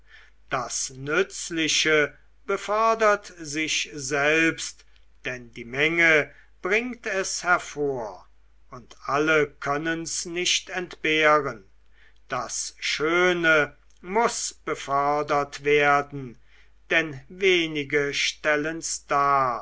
das nützliche befördert sich selbst denn die menge bringt es hervor und alle können's nicht entbehren das schöne muß befördert werden denn wenige stellen's dar